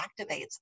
activates